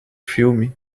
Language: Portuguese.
filme